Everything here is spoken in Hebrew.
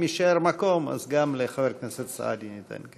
אם יישאר מקום, אז גם לחבר הכנסת סעדי ניתן.